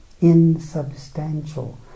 insubstantial